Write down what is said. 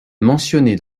mentionnée